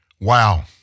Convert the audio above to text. Wow